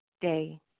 day